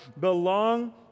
belong